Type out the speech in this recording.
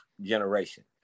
generation